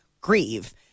grieve